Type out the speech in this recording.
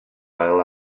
ail